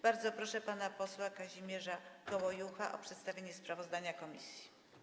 Bardzo proszę pana posła Kazimierza Gołojucha o przedstawienie sprawozdania komisji.